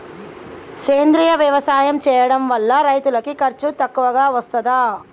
సేంద్రీయ వ్యవసాయం చేయడం వల్ల రైతులకు ఖర్చు తక్కువగా వస్తదా?